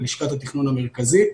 ללשכת התכנון המרכזית,